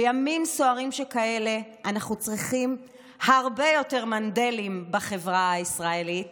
בימים סוערים שכאלה אנחנו צריכים הרבה יותר מנדלים בחברה הישראלית